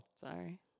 Sorry